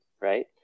right